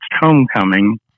homecoming